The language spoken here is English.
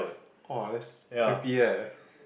!wah! that's creepy eh